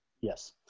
Yes